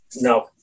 no